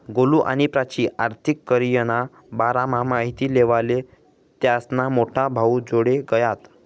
गोलु आणि प्राची आर्थिक करीयरना बारामा माहिती लेवाले त्यास्ना मोठा भाऊजोडे गयात